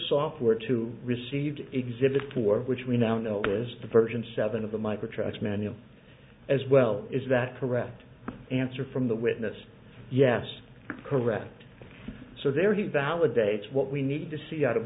software to received exhibit four which we now know is the version seven of the micro tracks manual as well is that correct answer from the witness yes correct so there he validates what we need to see out of